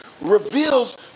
reveals